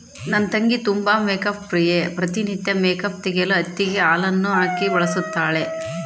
ನನ್ನ ತಂಗಿ ತುಂಬಾ ಮೇಕ್ಅಪ್ ಪ್ರಿಯೆ, ಪ್ರತಿ ನಿತ್ಯ ಮೇಕ್ಅಪ್ ತೆಗೆಯಲು ಹತ್ತಿಗೆ ಹಾಲನ್ನು ಹಾಕಿ ಬಳಸುತ್ತಾಳೆ